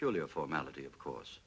purely a formality of course